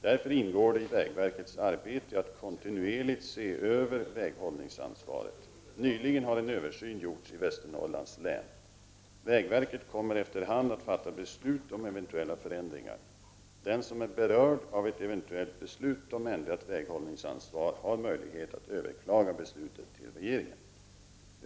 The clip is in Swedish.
Därför ingår det i vägverkets arbete att kontinuerligt se över väghållningsansvaret. Nyligen har en översyn gjorts i Västernorrlands län. Vägverket kommer efter hand att fatta beslut om eventuella förändringar. Den som är berörd av ett eventuellt beslut om ändrat väghållningsansvar har möjlighet att överklaga beslutet till regeringen.